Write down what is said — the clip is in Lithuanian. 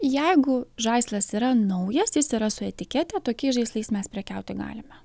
jeigu žaislas yra naujas jis yra su etikete tokiais žaislais prekiauti galime